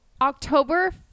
October